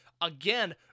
again